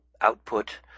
output